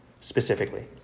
specifically